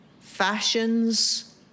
fashions